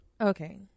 Okay